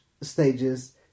stages